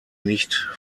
nicht